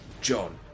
John